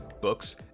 books